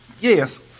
Yes